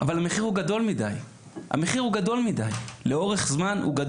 אבל המחיר גדול מדי לאורך זמן.